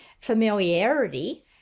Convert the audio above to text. familiarity